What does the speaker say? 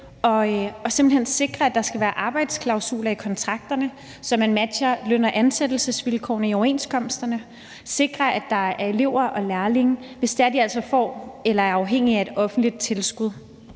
til at sikre, at der skal være arbejdsklausuler i kontrakterne, så man matcher løn- og ansættelsesvilkårene i overenskomsterne, og sikre, at der er elever og lærlinge, hvis de altså får eller er afhængige af et offentligt tilskud.